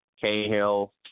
Cahill